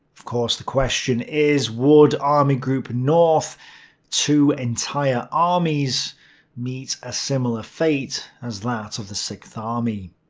of course, the question is, would army group north two entire armies meet a similar fate as that of the sixth army?